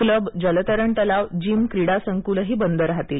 club जलतरण तलाव gym क्रीडा संकुले बंद राहतील